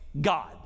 God